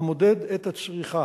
המודד את הצריכה.